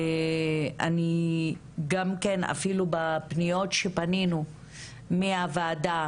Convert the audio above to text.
אפילו בפניות שפנינו מהוועדה,